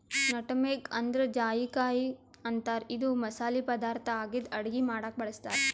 nutmeg ಅಂದ್ರ ಜಾಯಿಕಾಯಿ ಅಂತಾರ್ ಇದು ಮಸಾಲಿ ಪದಾರ್ಥ್ ಆಗಿದ್ದ್ ಅಡಗಿ ಮಾಡಕ್ಕ್ ಬಳಸ್ತಾರ್